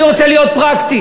אני רוצה להיות פרקטי.